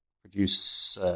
produce